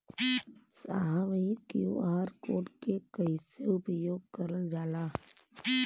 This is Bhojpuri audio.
साहब इ क्यू.आर कोड के कइसे उपयोग करल जाला?